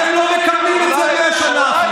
אתם לא מקבלים את זה 100 שנה אחרי.